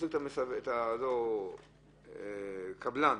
או קבלן,